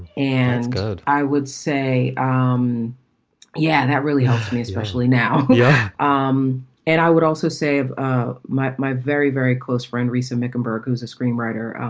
and i would say, um yeah, and that really helps me, especially now. yeah um and i would also save ah my my very, very close friend, recent wickenburg, who's a screenwriter.